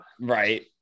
right